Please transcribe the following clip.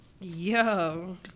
Yo